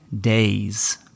days